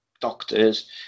doctors